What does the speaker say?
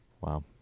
Wow